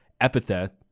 epithet